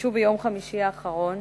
נפגשו ביום חמישי האחרון